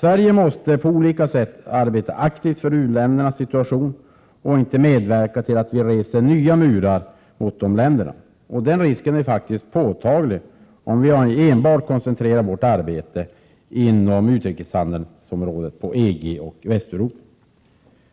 Sverige måste på olika sätt arbeta aktivt för u-ländernas situation och inte medverka till att vi reser nya murar mot dessa länder. Risken härför är påtaglig om vi enbart koncentrerar vårt arbete inom utrikeshandeln på EG och Västeuropa.